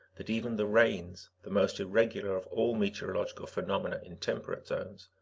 that even the rains, the most irregular of all meteorological phenomena in temperate zones,